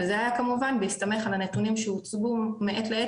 וזה היה כמובן בהסתמך על הנתונים שהוצגו מעת לעת